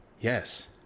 Yes